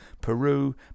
Peru